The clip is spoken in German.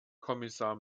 kommissar